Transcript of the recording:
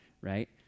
right